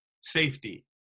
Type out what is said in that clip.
safety